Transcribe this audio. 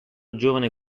giovane